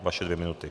Vaše dvě minuty.